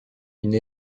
une